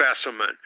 specimen